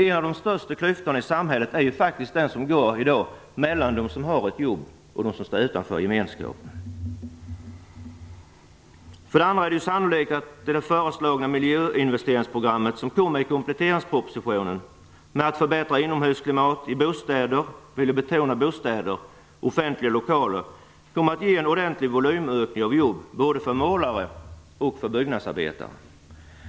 En av de största klyftorna i samhället i dag går faktiskt mellan dem som har ett jobb och dem som inte har ett sådant. För det andra är det ju sannolikt att det föreslagna miljöinvesteringsprogram som kommer i kompletteringspropositionen om att förbättra inomhusklimat i bostäder - jag vill betona bostäder - och offentliga lokaler kommer att ge en ordentlig volymökning av jobb för både målare och byggnadsarbetare.